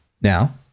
now